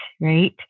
right